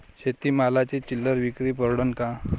शेती मालाची चिल्लर विक्री परवडन का?